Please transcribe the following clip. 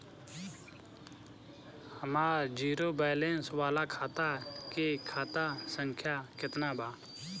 हमार zero balance वाला खतवा के खाता संख्या केतना बा?